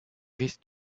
risque